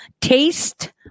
taste